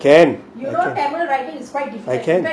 can I can I can